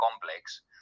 complex